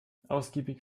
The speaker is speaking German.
ausgiebig